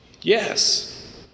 Yes